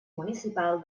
municipal